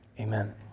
Amen